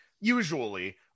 usually